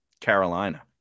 Carolina